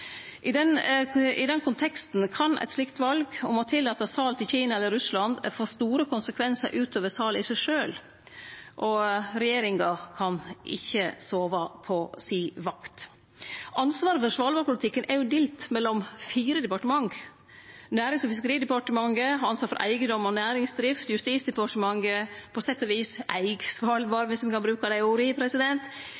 I den konteksten kan eit slikt val om å tillate sal til Kina eller Russland få store konsekvensar utover salet i seg sjølv, og regjeringa kan ikkje sove på vakta si. Ansvaret for svalbardpolitikken er delt mellom fire departement: Nærings- og fiskeridepartementet har ansvar for eigedom og næringsdrift, Justisdepartementet eig på sett og vis